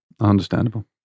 Understandable